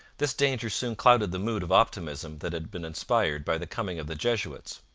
this danger soon clouded the mood of optimism that had been inspired by the coming of the jesuits.